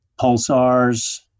pulsars